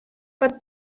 wat